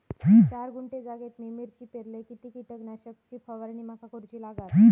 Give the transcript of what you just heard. चार गुंठे जागेत मी मिरची पेरलय किती कीटक नाशक ची फवारणी माका करूची लागात?